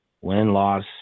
win-loss